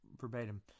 verbatim